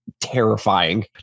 terrifying